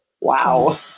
Wow